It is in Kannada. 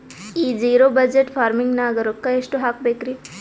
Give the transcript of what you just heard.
ಈ ಜಿರೊ ಬಜಟ್ ಫಾರ್ಮಿಂಗ್ ನಾಗ್ ರೊಕ್ಕ ಎಷ್ಟು ಹಾಕಬೇಕರಿ?